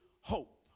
hope